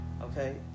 Okay